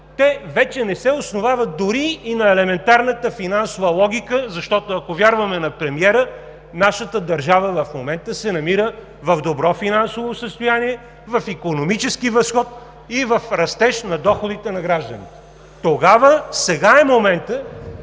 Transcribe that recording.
вече не се основават дори и на елементарната финансова логика, защото, ако вярваме на премиера, нашата държава в момента се намира в добро финансово състояние, в икономически възход и в растеж на доходите на гражданите. (Председателят